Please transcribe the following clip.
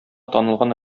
танылган